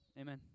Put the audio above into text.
Amen